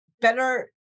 better